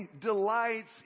delights